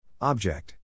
Object